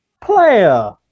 Player